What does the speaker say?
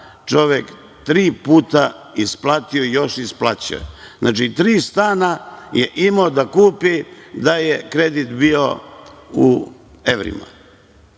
čovek tri puta isplatio i još isplaćuje. Znači, tri stana je imao da kupi da je kredit bio u evrima.